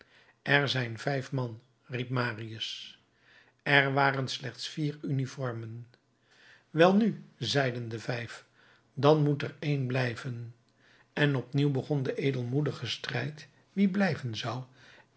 er zijn vijf man riep marius er waren slechts vier uniformen welnu zeiden de vijf dan moet er één blijven en opnieuw begon de edelmoedige strijd wie blijven zou